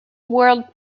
world